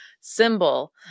symbol